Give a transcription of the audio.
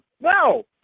No